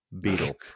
beetle